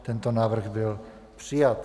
Tento návrh byl přijat.